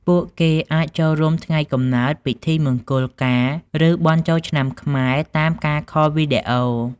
ពួកគេអាចចូលរួមថ្ងៃកំណើត ពិធីមង្គលការឬបុណ្យចូលឆ្នាំថ្មីខ្មែរតាមការខលវីដេអូ។